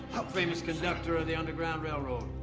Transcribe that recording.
conductor of the underground railroad?